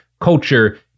culture